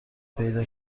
پیدا